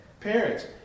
Parents